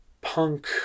punk